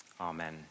Amen